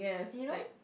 you know